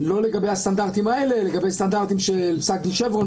לא מדובר פה בדבר חקיקה של 40 עמודים.